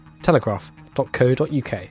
telegraph.co.uk